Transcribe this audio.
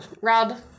Rob